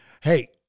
hey